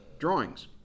drawings